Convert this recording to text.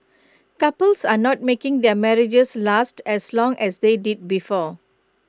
couples are not making their marriages last as long as they did before